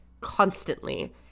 constantly